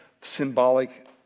symbolic